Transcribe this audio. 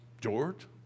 George